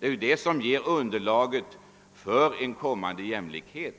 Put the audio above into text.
Det är ju det som ger underlaget för en kommande jämlikhet.